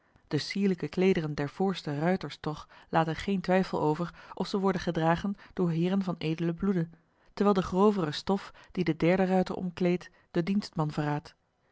de sierlijke kleederen der voorste ruiters toch laten geen twijfel over of zij worden gedragen door heeren van edelen bloede terwijl de grovere stof die den derden ruiter omkleedt den dienstman verraadt